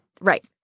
Right